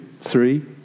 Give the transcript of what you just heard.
three